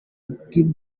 bwiza